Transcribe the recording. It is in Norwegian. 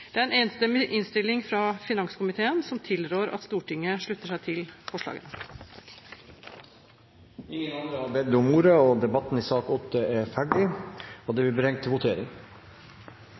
Det er en enstemmig innstilling fra finanskomiteen som tilrår at Stortinget slutter seg til forslaget. Flere har ikke bedt om ordet til sak nr. 8. Da er Stortinget klar til å gå til votering.